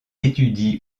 étudie